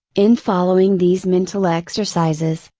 in following these mental exercises,